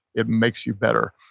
it makes you better.